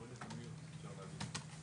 בבקשה.